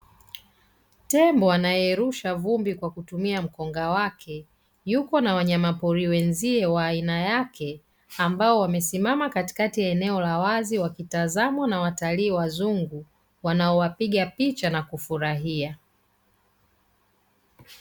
Tembo anayerusha vumbi Kwa kutumia mkonga wake yuko na wanyama pori wenzie wake wamesimama katikati ya eneo la wazi wakitazamwa na watalii wazungu wanao wapiga picha nakufurahia.